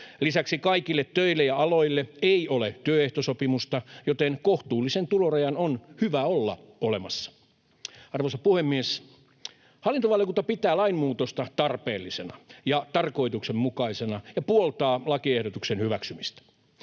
Lisäksi kaikille töille ja aloille ei ole työehtosopimusta, joten kohtuullisen tulorajan on hyvä olla olemassa. Arvoisa puhemies! Hallintovaliokunta pitää lainmuutosta tarpeellisena ja tarkoituksenmukaisena ja puoltaa lakiehdotuksen hyväksymistä.